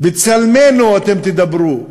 בצלמנו אתם תדברו,